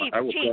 chief